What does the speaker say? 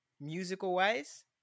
musical-wise